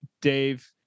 Dave